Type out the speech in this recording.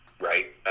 right